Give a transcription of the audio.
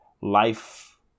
life